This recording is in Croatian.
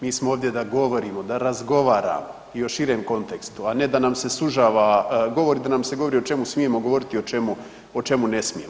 Mi smo ovdje da govorimo, da razgovaramo i š širem kontekstu a ne da nam se sužava govor i da nam se govori o čemu smijemo govoriti i o čemu ne smijemo.